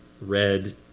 red